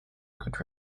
good